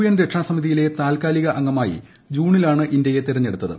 N രക്ഷാസമിതിയിലെ താൽക്കാലിക അംഗമായി ജൂണിലാണ് ഇന്ത്യയെ തെരഞ്ഞെടുത്തത്